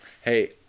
Hey